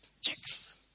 Checks